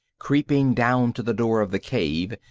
creeping down to the door of the cave,